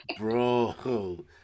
Bro